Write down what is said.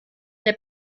der